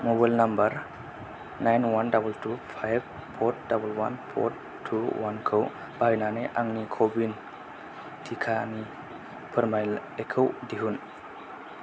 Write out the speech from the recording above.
mobile number nine one double two five four double one four two one खौ बाहायनानै आंनि क' विन टिकानि फोरमानलाइखौ दिहुन